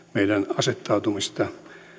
asettautumistamme